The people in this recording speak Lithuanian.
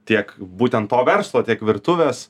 tiek būtent to verslo tiek virtuvės